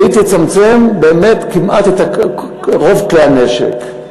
והיא תצמצם באמת את רוב כלי הנשק.